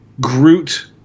Groot